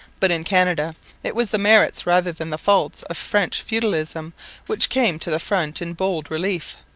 but in canada it was the merits rather than the faults of french feudalism which came to the front in bold relief.